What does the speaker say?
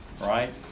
right